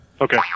Okay